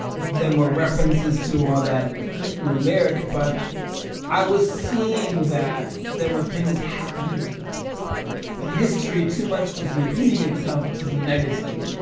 there were references to all that in the in the lyric, but i was seeing that there were things happening that history too much was repeating itself to the negative.